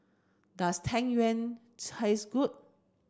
does Tang Yuen taste good